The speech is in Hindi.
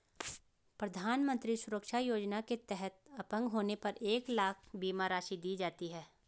प्रधानमंत्री सुरक्षा योजना के तहत अपंग होने पर एक लाख बीमा राशि दी जाती है